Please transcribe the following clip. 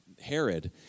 Herod